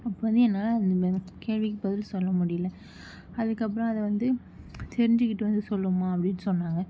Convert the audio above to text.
அப்போ வந்து என்னால் அந்த கேள்விக்கு பதில் சொல்ல முடியல அதுக்கப்புறம் அதை வந்து தெரிஞ்சிக்கிட்டு வந்து சொல்லும்மா அப்படின் சொன்னாங்க